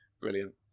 Brilliant